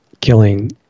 killing